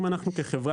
אם אנחנו כחברה,